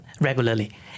regularly